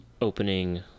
opening